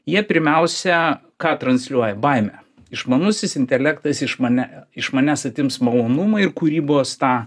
jie pirmiausia ką transliuoja baimę išmanusis intelektas iš manę iš manęs atims malonumą ir kūrybos tą